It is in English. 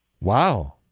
Wow